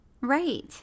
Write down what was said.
Right